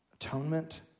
atonement